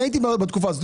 אני הייתי בתקופה הזאת.